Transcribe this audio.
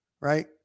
right